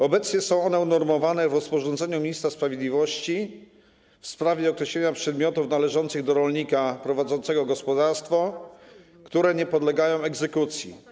Obecnie są one unormowane w rozporządzeniu ministra sprawiedliwości w sprawie określenia przedmiotów należących do rolnika prowadzącego gospodarstwo, które nie podlegają egzekucji.